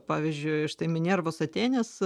pavyzdžiui štai minervos atėnės